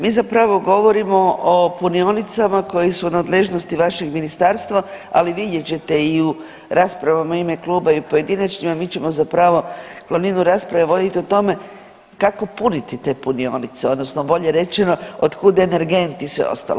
Mi zapravo govorimo o punionicama koje su u nadležnosti vašeg ministarstva, ali vidjet ćete i u raspravama u ime kluba i pojedinačno, a mi ćemo zapravo glavninu rasprave voditi o tome kako puniti te punionice odnosno bolje rečeno od kud energenti i sve ostalo.